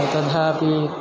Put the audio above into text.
तथापि